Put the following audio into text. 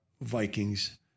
Vikings